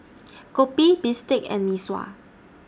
Kopi Bistake and Mee Sua